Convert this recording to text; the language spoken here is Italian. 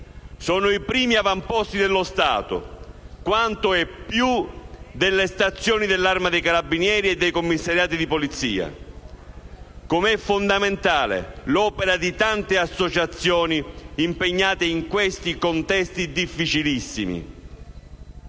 Sono i primi avamposti dello Stato, quanto e più delle stazioni dell'Arma dei carabinieri e dei commissariati di polizia, com'è fondamentale l'opera di tante associazioni impegnate in questi contesti difficilissimi.